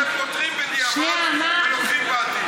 אתם פוטרים בדיעבד ולוקחים בעתיד.